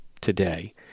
today